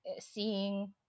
seeing